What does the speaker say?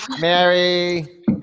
Mary